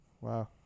Wow